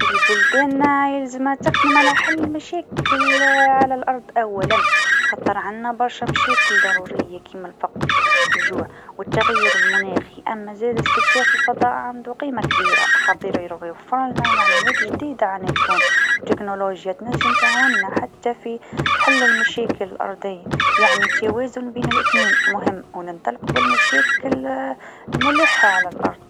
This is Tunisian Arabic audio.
الأرض أولى، لازم نحلو مشاكلنا قبل ما نفكروا في الفضاء. التغير المناخي، الفقر، والصحة هم أولويات. لكن زادة، استكشاف الفضاء يعطينا أفكار جديدة وحلول. لازم نلقوا توازن بين الاثنين.